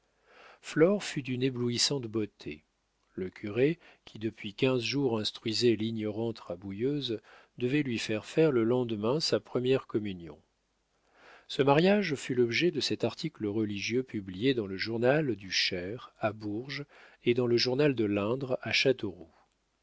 fut d'une éblouissante beauté le curé qui depuis quinze jours instruisait l'ignorante rabouilleuse devait lui faire faire le lendemain sa première communion ce mariage fut l'objet de cet article religieux publié dans le journal du cher à bourges et dans le journal de l'indre à